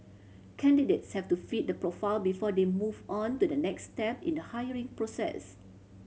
candidates have to fit the profile before they move on to the next step in the hiring process